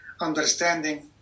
understanding